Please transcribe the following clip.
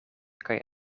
kaj